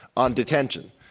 on detention,